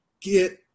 get